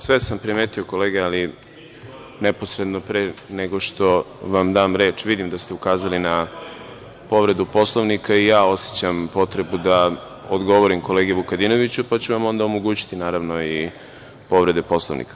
Sve sam primetio kolega, ali neposredno pre nego što vam dam reč, vidim da ste ukazali na povredu Poslovnika i ja osećam potrebu da odgovorim kolegi Vukadinoviću, pa ću vam onda omogućiti povrede Poslovnika.